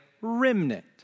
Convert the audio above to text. remnant